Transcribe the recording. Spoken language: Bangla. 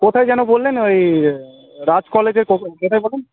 কোথায় যেন বললেন ওই রাজ কলেজের কো কোথায় বললেন